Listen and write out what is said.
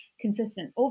consistent